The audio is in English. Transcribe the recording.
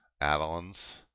add-ons